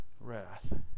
wrath